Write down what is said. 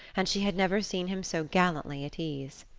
and she had never seen him so gallantly at ease.